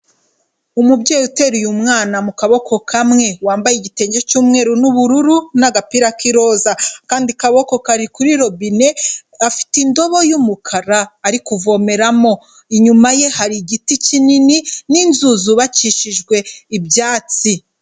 Umubyeyi uteruye umwana mu kaboko kamwe, wambaye igitenge cy'umweru n'ubururu, n'agapira k'iroza. Akandi kaboko kari kuri robine, afite indobo y'umukara ari kuvomeramo. Inyuma ye hari igiti kinini n'inzu zubakishijwe ibyatsi.